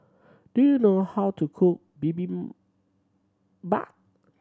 do you know how to cook Bibim bap